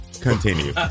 continue